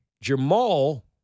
Jamal